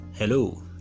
Hello